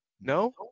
No